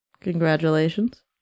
Congratulations